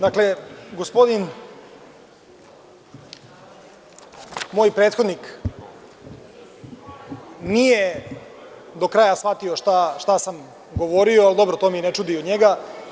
Dakle, gospodin moj prethodnik nije do kraja shvatio šta sam govorio, ali dobro, to me i ne čudi od njega.